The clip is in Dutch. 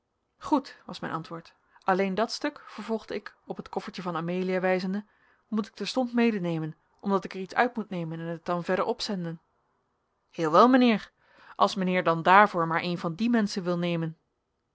goed was mijn antwoord alleen dat stuk vervolgde ik op het koffertje van amelia wijzende moet ik terstond medenemen omdat ik er iets uit moet nemen en het dan verder opzenden heel wel mijnheer als mijnheer dan daarvoor maar een van die menschen wil nemen